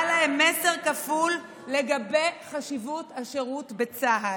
להם מסר כפול לגבי חשיבות השירות בצה"ל.